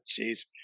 Jeez